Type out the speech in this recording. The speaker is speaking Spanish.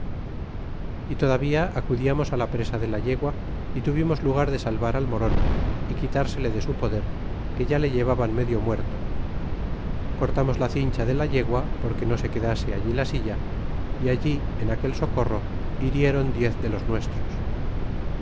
y todavía acudiamos ja presa de la yegua y tuvimos lugar de salvar al moron y quitársele de su poder que ya le llevaban medio muerto y cortamos la cincha de ja yegua porque no se quedase allí la silla y allí en aquel socorro hirieron diez de los nuestros